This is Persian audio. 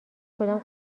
کدام